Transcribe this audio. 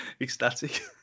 Ecstatic